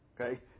okay